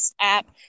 app